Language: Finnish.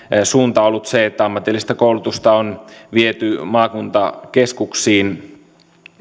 suunta ollut se että ammatillista koulutusta on viety maakuntakeskuksiin